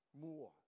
more